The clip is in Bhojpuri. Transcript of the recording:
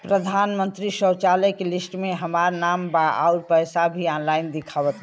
प्रधानमंत्री शौचालय के लिस्ट में हमार नाम बा अउर पैसा भी ऑनलाइन दिखावत बा